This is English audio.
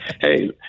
hey